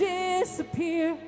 disappear